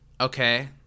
Okay